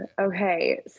Okay